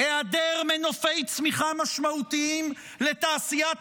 היעדר מנופי צמיחה משמעותיים לתעשיית